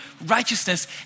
righteousness